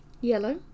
Yellow